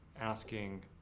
asking